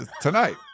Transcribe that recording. tonight